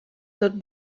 tot